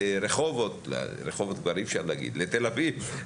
לרחובות רחובות כבר אי-אפשר להגיד לתל אביב.